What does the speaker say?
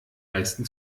leisten